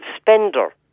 spender